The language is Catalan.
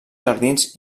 jardins